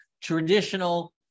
traditional